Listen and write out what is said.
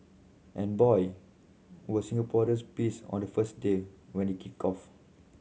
and boy were Singaporeans pissed on the first day when it kicked off